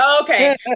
okay